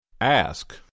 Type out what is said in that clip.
Ask